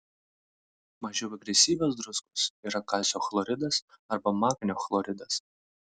mažiau agresyvios druskos yra kalcio chloridas arba magnio chloridas